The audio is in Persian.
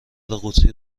قوطی